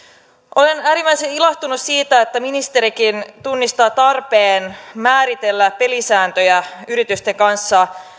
olen äärimmäisen ilahtunut siitä että ministerikin tunnistaa tarpeen määritellä pelisääntöjä yritysten kanssa